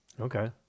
Okay